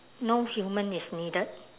no human is needed